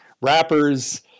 rappers